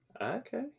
Okay